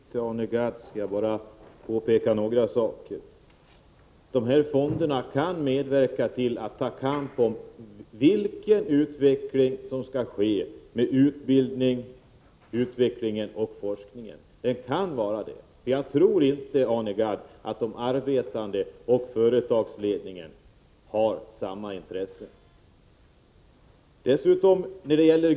Fru talman! I min enda replik till Arne Gadd skall jag bara göra några påpekanden. Förnyelsefonderna kan medverka till att man tar kamp om vad som skall ske med utbildningen, utvecklingen och forskningen. De kan göra det, men jagtror inte, Arne Gadd, att de arbetande och företagsledningen har samma intresse.